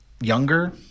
younger